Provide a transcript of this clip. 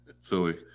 silly